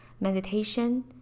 meditation